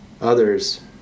others